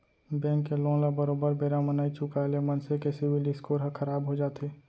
bank के loan ल बरोबर बेरा म नइ चुकाय ले मनसे के सिविल स्कोर ह खराब हो जाथे